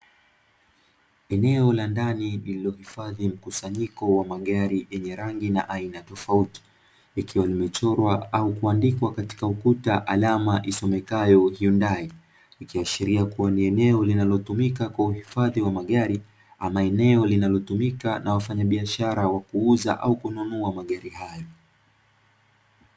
Eneo la ndani lililohifadhi mkusanyiko wa magari yenye rangi na aina tofauti likiwa limechorwa au kuandikwa katika ukuta alama isomekayo “hyundai" ikiashiria kua ni eneo linalotumika kwa uhifadhi wa magari ama eneo linalotumika na wafanyabiashara wa kuuza au kununua magari hayo.